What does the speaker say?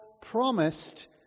promised